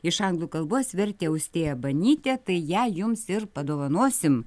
iš anglų kalbos vertė austėja banytė tai ją jums ir padovanosim